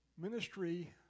ministry